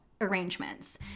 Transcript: arrangements